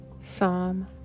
Psalm